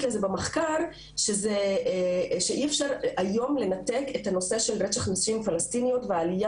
לזה במחקר שאי אפשר היום לנתק את הנושא של רצח נשים פלשתינאיות והעליה